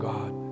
God